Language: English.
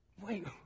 Wait